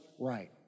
right